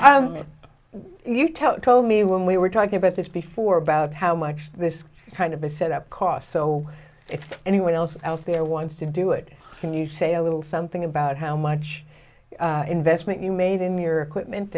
arab you tell told me when we were talking about this before about how much this kind of a set up cost so if anyone else out there wants to do it can you say a little something about how much investment you made in your equipment